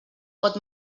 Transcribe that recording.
pot